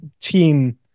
team